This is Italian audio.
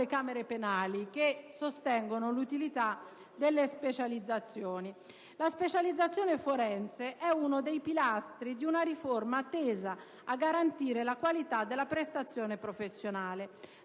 Camere penali che sostengono l'utilità delle specializzazioni: «La specializzazione forense è uno dei pilastri di una riforma tesa a garantire la qualità della prestazione professionale;